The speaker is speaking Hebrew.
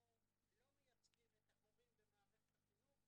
אנחנו לא מייצגים את ההורים במערכת החינוך.